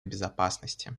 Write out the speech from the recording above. безопасности